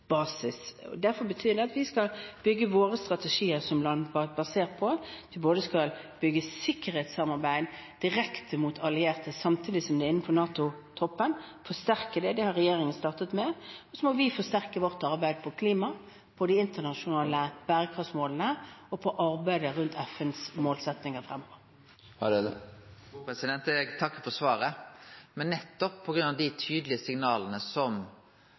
betyr at vi skal bygge våre strategier som land basert på sikkerhetssamarbeid direkte mot allierte, samtidig som man innenfor NATO-toppen forsterker det. Det har regjeringen startet med. Så må vi forsterke vårt arbeid når det gjelder klima, de internasjonale bærekraftsmålene og arbeidet rundt FNs målsettinger fremover. Eg takkar for svaret. Men nettopp på grunn av dei tydelege signala som